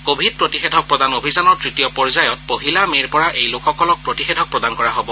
Covid প্ৰতিষেধক প্ৰদান অভিযানৰ তৃতীয় পৰ্যায়ত পহিলা মেৰ পৰা এই লোকসকলক প্ৰতিষেধক প্ৰদান কৰা হব